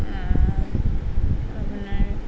আপোনাৰ